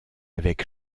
avec